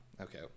Okay